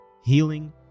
healing